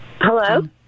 Hello